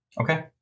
Okay